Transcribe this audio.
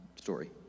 story